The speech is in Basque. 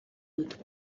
dut